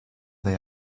they